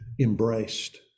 embraced